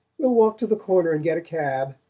we'll walk to the corner and get a cab,